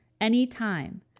anytime